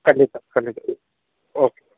ಖಂಡಿತ ಖಂಡಿತ ಓಕೆ